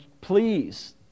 please